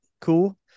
Cool